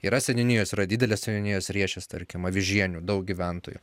yra seniūnijos yra didelės seniūnijos riešės tarkim avižienių daug gyventojų